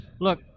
look